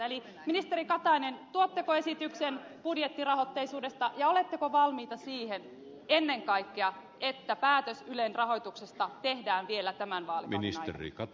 eli ministeri katainen tuotteko esityksen budjettirahoitteisuudesta ja oletteko valmis ennen kaikkea siihen että päätös ylen rahoituksesta tehdään vielä tämän vaalikauden aikana